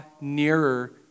nearer